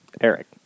Eric